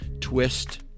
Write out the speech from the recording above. twist